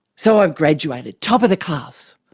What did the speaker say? so i've graduated top of the class.